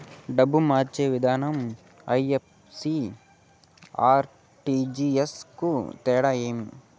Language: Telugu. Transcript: డబ్బులు మార్చే విధానం ఐ.ఎఫ్.ఎస్.సి, ఆర్.టి.జి.ఎస్ కు తేడా ఏమి?